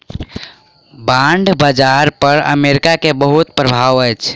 bond बाजार पर America के बहुत प्रभाव अछि